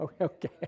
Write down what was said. Okay